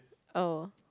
oh